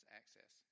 access